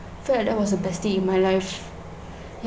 I felt that that was the best thing in my life